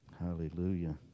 Hallelujah